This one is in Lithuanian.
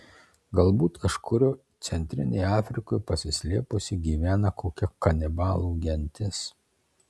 galbūt kažkur centrinėje afrikoje pasislėpusi gyvena kokia kanibalų gentis